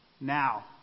now